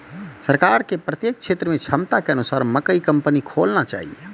सरकार के प्रत्येक क्षेत्र मे क्षमता के अनुसार मकई कंपनी खोलना चाहिए?